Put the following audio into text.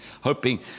hoping